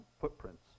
footprints